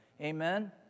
Amen